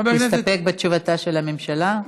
להסתפק בתשובתה של הממשלה?